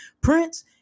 Prince